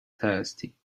thirsty